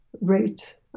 rate